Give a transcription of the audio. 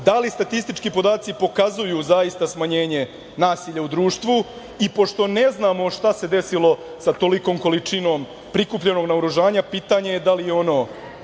da li statistički podaci pokazuju zaista smanjenje nasilja u društvu i pošto ne znamo šta se desilo sa tolikom količinom prikupljenog naoružanja pitanje je da li je ono